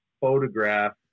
photograph